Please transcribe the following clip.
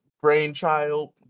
brainchild